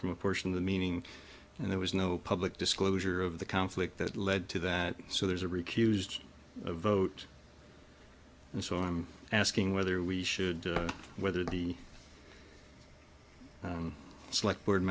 from a portion of the meaning and there was no public disclosure of the conflict that led to that so there's a recused vote and so i'm asking whether we should whether the select board